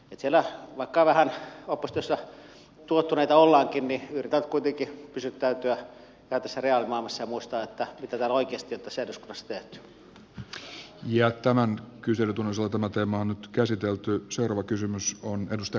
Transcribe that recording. että vaikka siellä oppositiossa vähän tuohtuneita ollaankin niin yritetään nyt kuitenkin pysyttäytyä tätä sarjaa ilmamassa muistaa että ihan tässä reaalimaailmassa ja muistaa mitä täällä oikeasti on tässä eduskunnassa tehty